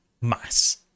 mass